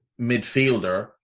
midfielder